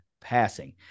passing